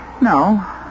No